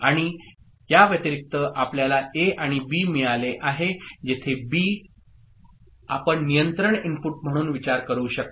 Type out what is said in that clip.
आणि याव्यतिरिक्त आपल्याला A आणि B मिळाले आहे जेथे बी आपण नियंत्रण इनपुट म्हणून विचार करू शकता